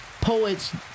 poets